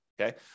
okay